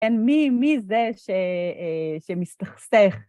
אין מי, מי זה שמסתכסך.